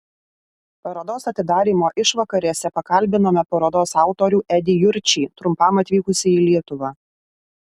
parodos atidarymo išvakarėse pakalbinome parodos autorių edį jurčį trumpam atvykusį į lietuvą